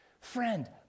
friend